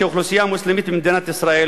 כאוכלוסייה מוסלמית במדינת ישראל,